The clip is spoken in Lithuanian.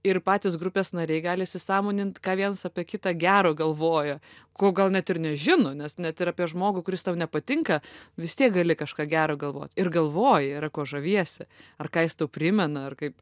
ir patys grupės nariai gali įsisąmonint ką vienas apie kitą gero galvoja ko gal net ir nežino nes net ir apie žmogų kuris tau nepatinka vis tiek gali kažką gero galvot ir galvoji yra kuo žaviesi ar ką jis tau primena ar kaip